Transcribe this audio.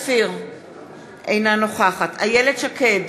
אינה נוכחת איילת שקד,